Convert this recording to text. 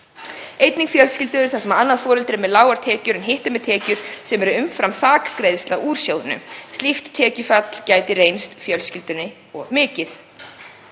einnig fjölskyldur þar sem annað foreldri er með lágar tekjur en hitt með tekjur sem eru umfram þak greiðslna úr sjóðnum, slíkt tekjufall gæti reynst fjölskyldunni of mikið.